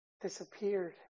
disappeared